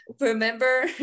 remember